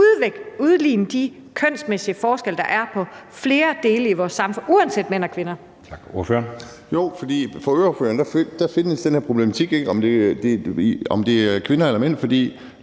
udligne de kønsmæssige forskelle, der er i flere dele af vores samfund, uanset om der